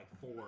four